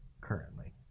currently